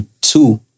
two